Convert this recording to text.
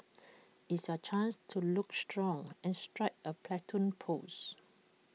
it's your chance to look strong and strike A Platoon pose